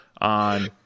on